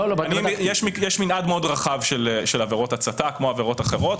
יש מנעד מאוד רחב של עבירות הצתה כמו עבירות אחרות,